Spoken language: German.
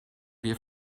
wir